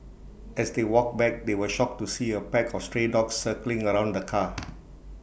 as they walked back they were shocked to see A pack of stray dogs circling around the car